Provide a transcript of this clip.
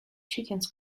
chickens